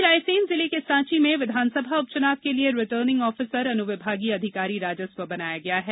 वहीं रायसेन जिले के सॉची में विधानसभा उप चुनाव के लिए रिटर्निंग ऑफिसर अनुविभागीय अधिकारी राजस्व बनाया गया है